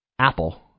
Apple